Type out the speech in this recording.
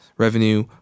revenue